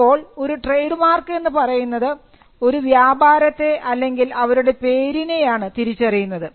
അപ്പോൾ ഒരു trademark എന്നു പറയുന്നത് ഒരു വ്യാപാരത്തെ അല്ലെങ്കിൽ അവരുടെ പേരിനെയാണ് തിരിച്ചറിയുന്നത്